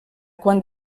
quant